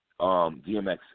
DMX